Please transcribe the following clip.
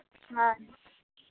ᱦᱳᱭ